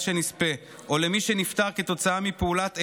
שנספה או למי שנספה כתוצאה מפעולת איבה,